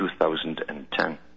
2010